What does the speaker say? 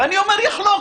ואני אומר יחלוקו.